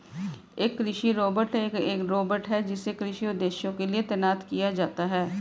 एक कृषि रोबोट एक रोबोट है जिसे कृषि उद्देश्यों के लिए तैनात किया जाता है